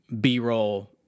B-roll